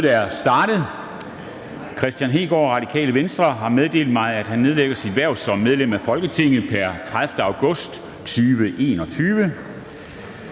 Kristian Hegaard (RV) har meddelt mig, at han har nedlagt sit hverv som medlem af Folketinget pr. 30. august 2021.